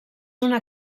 una